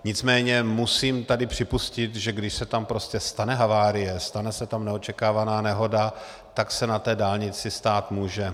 Nicméně musím tady připustit, že když se tam prostě stane havárie, stane se tam neočekávaná nehoda, tak se na té dálnici stát může.